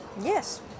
Yes